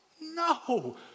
No